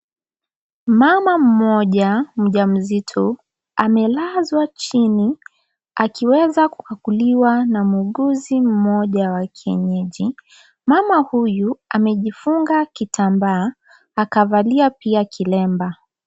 Mama mmoja mjamzito amelazwa chini, akiweza kukaguliwa na muuguzi mmoja wa kienyeji. Mama huyu amejifunga kimbaa akavalia pia kilemba.